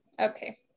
Okay